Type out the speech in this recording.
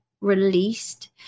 released